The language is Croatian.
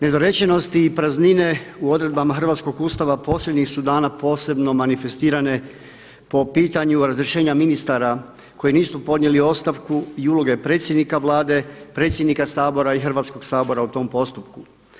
Nedorečenosti i praznine u odredbama hrvatskog Ustava posljednjih su dana posebno manifestirane po pitanju razrješenja ministara koji nisu podnijeli ostavku i uloge predsjednika Vlade, predsjednika Sabora i Hrvatskog sabora u tom postupku.